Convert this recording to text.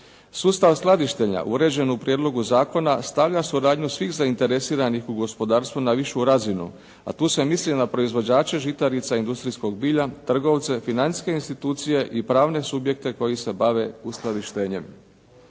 Sustav skladištenja uređen u prijedlogu zakona stavlja suradnju svih zainteresiranih u gospodarstvu na višu razinu, a tu se misli na proizvođače žitarica i industrijskog bilja, trgovce, financijske institucije i pravne subjekte koji se bave uskladištenjem.